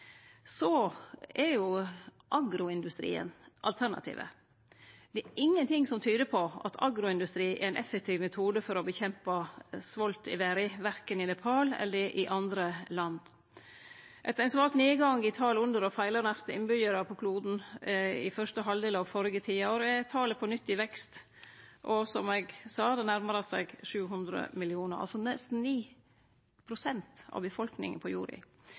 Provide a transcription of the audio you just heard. er jo agroindustrien alternativet. Det er ingen ting som tyder på at agroindustri er ein effektiv metode for å kjempe mot svolt i verda, verken i Nepal eller i andre land. Etter ein svak nedgang i talet på under- og feilernærte innbyggjarar på kloden i fyrste halvdel av førre tiår er talet på nytt i vekst. Som eg sa: Det nærmar seg 700 millionar, altså nesten 9 pst. av befolkninga på